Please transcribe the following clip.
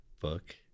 book